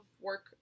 work